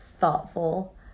thoughtful